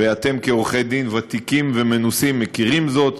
ואתם, כעורכי-דין ותיקים ומנוסים, מכירים זאת,